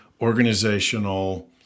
organizational